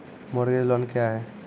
Mortgage loan क्या है?